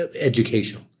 educational